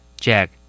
Jack